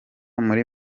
muri